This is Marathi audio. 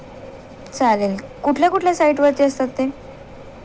चालेल कुठल्या कुठल्या साईटवरती असतात ते